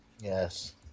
Yes